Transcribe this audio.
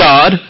God